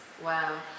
Wow